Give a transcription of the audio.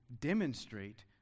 demonstrate